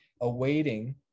awaiting